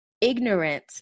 ignorant